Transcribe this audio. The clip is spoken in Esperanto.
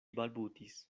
balbutis